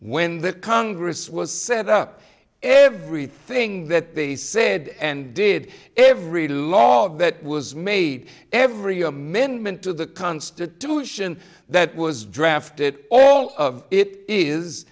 when the congress was set up everything that they said and did every law that was made every amendment to the constitution that was drafted all of it is